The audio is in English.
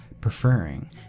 preferring